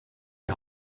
die